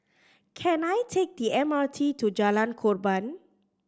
can I take the M R T to Jalan Korban